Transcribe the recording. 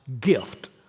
gift